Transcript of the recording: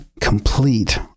complete